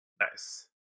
Nice